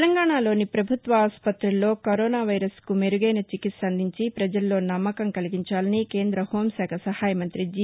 తెలంగాణాలోని ప్రభుత్వ ఆసుపత్రుల్లో కరోనా వైరస్కు మెరుగైన చికిత్స అందించి పజల్లో నమ్మకం కలిగించాలని కేంద్ర హోం శాఖ సహాయమంతి జి